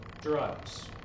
drugs